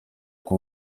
uko